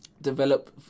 develop